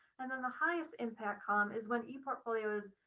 and then the highest impact calm is when he portfolio is